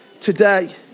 today